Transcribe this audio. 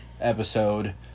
episode